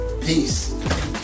peace